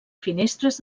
finestres